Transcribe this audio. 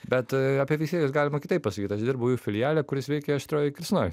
bet apie veisiejus galima kitaip pasakyt aš dirbau jų filiale kuris veikė aštriojoj kirsnoj